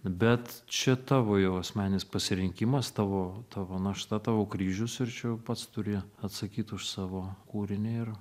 bet čia tavo jau asmeninis pasirinkimas tavo tavo našta tavo kryžius ir čia jau pats turi atsakyt už savo kūrinį ir